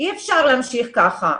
אי אפשר להמשיך כך.